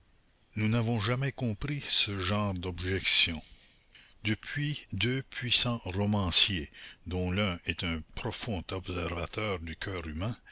nous n'avons jamais compris ce genre d'objections depuis deux puissants romanciers dont l'un est un profond observateur du coeur humain